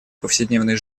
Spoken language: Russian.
повседневной